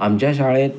आमच्या शाळेत